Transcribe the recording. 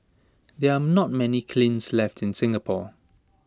there are not many cleans left in Singapore